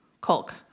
Kolk